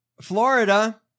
Florida